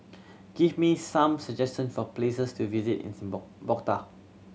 give me some suggestion for places to visit in Bogota